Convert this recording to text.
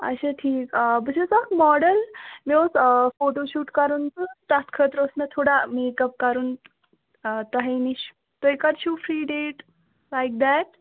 اَچھا ٹھیٖک آ بہٕ چھَس اَکھ ماڈٕل مےٚ اوس فوٹوٗ شوٗٹ کَرُن تہٕ تتھ خٲطرٕ اوس مےٚ تھوڑا میک اَپ کَرُن آ تۅہَے نِش تُہۍ کَر چھِو فرٛی ڈیٹ لایِک دیٹ